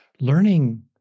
learning